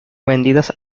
vendidas